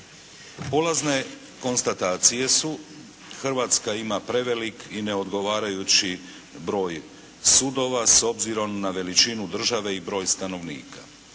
Polazne konstatacije su Hrvatska ima prevelik i neodgovarajući broj sudova s obzirom na veličinu države i broj stanovnika.